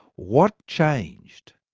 what changed,